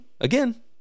again